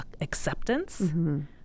acceptance